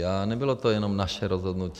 A nebylo to jenom naše rozhodnutí.